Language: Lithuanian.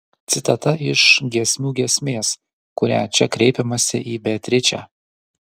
citata iš giesmių giesmės kuria čia kreipiamasi į beatričę